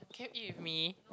can you eat with me